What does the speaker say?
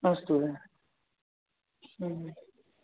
अस्तु